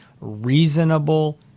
reasonable